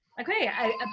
Okay